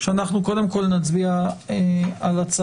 נצביע על הרביזיה.